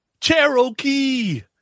Cherokee